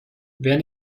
wer